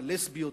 הלסביות,